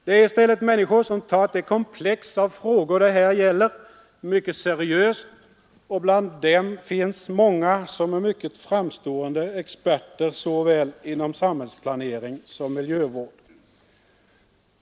Det är i stället människor som tagit det komplex av frågor det här gäller mycket seriöst, och bland dem finns många som är mycket framstående experter inom såväl sam hällsplanering som miljövård.